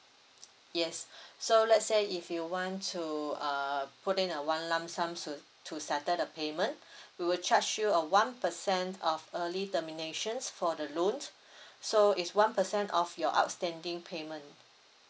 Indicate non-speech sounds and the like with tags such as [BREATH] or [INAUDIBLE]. yes [BREATH] so let say if you want to uh put in a one lump sum so to settle the payment [BREATH] we will charge you a one percent of early terminations for the loan so is one percent off your outstanding payment